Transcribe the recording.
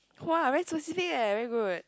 !wah! very specific eh very good